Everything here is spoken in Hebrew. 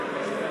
כבוד הנשיא!